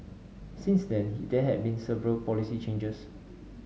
since then he there had been several policy changes